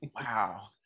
wow